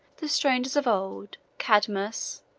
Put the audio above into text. the strangers of old, cadmus,